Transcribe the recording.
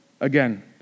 Again